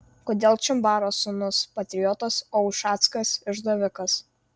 kodėl čimbaro sūnus patriotas o ušackas išdavikas